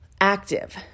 Active